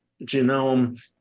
genome